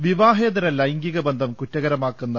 M വിവാഹേതര ലൈംഗികബന്ധം കുറ്റകരമാക്കുന്ന